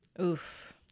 Oof